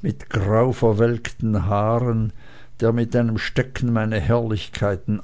mit grauen verwelkten haaren der mit einem stecken meine herrlichkeiten